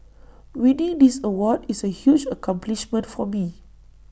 winning this award is A huge accomplishment for me